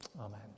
Amen